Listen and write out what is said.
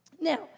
Now